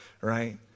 right